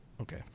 Okay